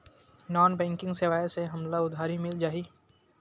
Non banking सेवाएं से हमला उधारी मिल जाहि?